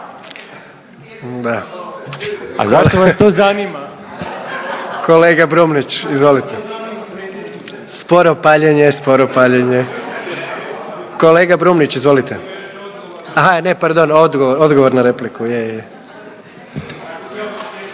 A zašto vas to zanima?/… Kolega Brumnić, izvolite. Sporo paljenje, sporo paljenje. Kolega Brumnić, izvolite. Ne, pardon. Odgovor na repliku.